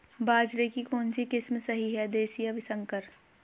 बाजरे की कौनसी किस्म सही हैं देशी या संकर?